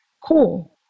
Cool